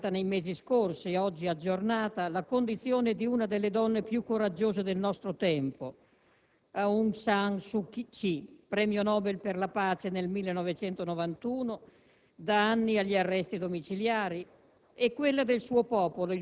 con una mozione presentata nei mesi scorsi e oggi aggiornata, la condizione di una delle donne più coraggiose del nostro tempo, Aung San Suu Kyi, premio Nobel per la pace nel 1991, da anni agli arresti domiciliari,